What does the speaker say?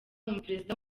umuperezida